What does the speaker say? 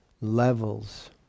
levels